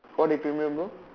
what equilibrium bro